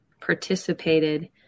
participated